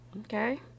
Okay